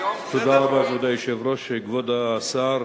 כבוד היושב-ראש, תודה רבה, כבוד השר,